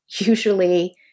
usually